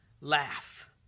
laugh